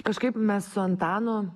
kažkaip mes su antanu